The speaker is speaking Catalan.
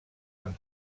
amb